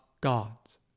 gods